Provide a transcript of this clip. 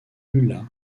ulla